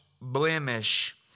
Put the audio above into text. blemish